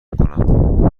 کنم